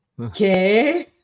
okay